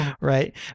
right